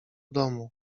domu